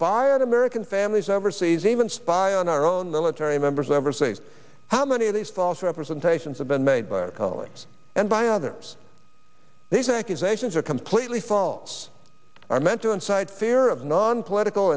fired american families overseas even spy on our own military members overseas how many of these false representations have been made by our colleagues and by others these accusations are completely false are meant to incite fear of nonpolitical